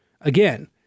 Again